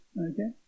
Okay